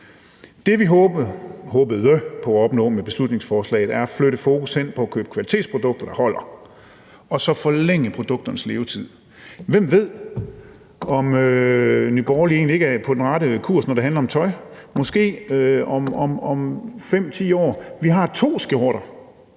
Det, vi håbede at opnå med beslutningsforslaget, var at flytte fokus hen på at købe kvalitetsprodukter, der holder, og så forlænge produkternes levetid. Hvem ved, om Nye Borgerlige egentlig ikke er på rette kurs, når det handler om tøj – måske om 5-10 år. Vi har to skjorter,